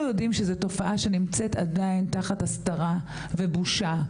יודעים שזו תופעה שנמצאת עדיין תחת הסתרה ובושה,